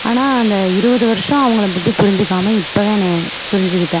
ஆனால் அந்த இருபது வருஷம் அவங்களைப் பற்றி புரிஞ்சுக்காமல் இப்ப தான் நான் புரிஞ்சுக்கிட்டேன்